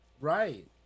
Right